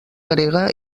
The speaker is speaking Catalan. grega